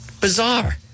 Bizarre